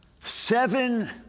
Seven